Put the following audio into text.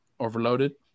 Overloaded